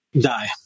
die